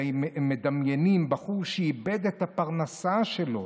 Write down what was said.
מדמיינים בחור שאיבד את הפרנסה שלו